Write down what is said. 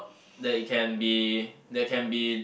that it can be that can be